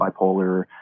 bipolar